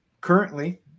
currently